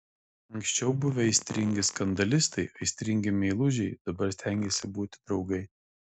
anksčiau buvę aistringi skandalistai aistringi meilužiai dabar stengėsi būti draugai